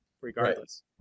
regardless